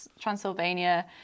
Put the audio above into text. Transylvania